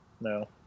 No